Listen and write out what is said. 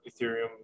ethereum